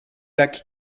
lacs